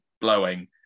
blowing